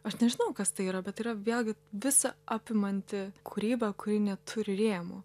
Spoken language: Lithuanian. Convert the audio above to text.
aš nežinau kas tai yra bet yra vėlgi visa apimanti kūryba kuri neturi rėmų